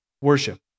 worship